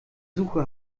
suche